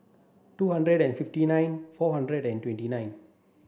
two hundred and fifty nine four hundred and twenty nine